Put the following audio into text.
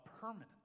permanent